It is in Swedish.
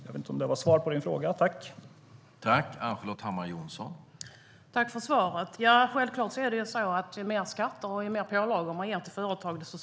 Jag vet inte om det var svar på Ann-Charlotte Hammar Johnssons fråga.